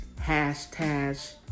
Hashtag